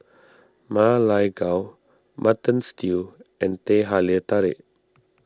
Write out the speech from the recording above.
Ma Lai Gao Mutton Stew and Teh Halia Tarik